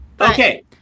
Okay